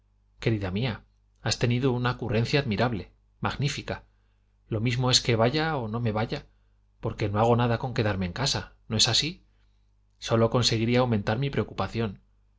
querida mía has tenido una ocurrencia admirable magnífica lo mismo es que vaya o que no vaya porque no hago nada con quedarme en casa no es así sólo conseguiría aumentar mi preocupación